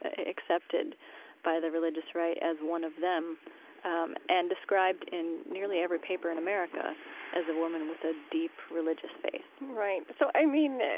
accepted by the religious right as one of them um and described in nearly every paper in america as a woman with a deep religious faith right. so, i mean,